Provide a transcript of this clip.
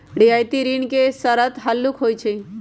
रियायती ऋण के शरत हल्लुक होइ छइ